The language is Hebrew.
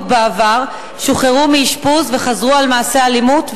בעבר שוחררו מאשפוז וחזרו על מעשי האלימות,